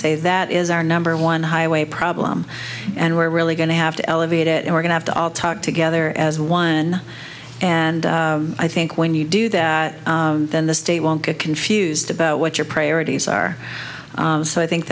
say that is our number one highway problem and we're really going to have to elevate it and we're going to all talk together as one and i think when you do that then the state won't get confused about what your priorities are so i think